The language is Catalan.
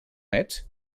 ets